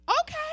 Okay